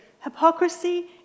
hypocrisy